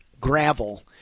gravel